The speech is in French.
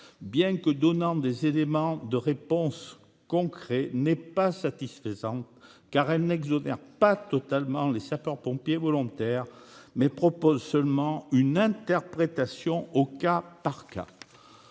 bien que donnant des éléments de réponse concrets, n'est pas satisfaisante, car elle n'exonère pas totalement les sapeurs-pompiers volontaires, elle propose seulement une interprétation au cas par cas.